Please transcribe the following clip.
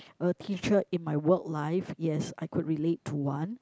a teacher in my work life yes I could relate to one